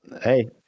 Hey